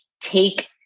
take